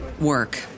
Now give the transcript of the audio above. work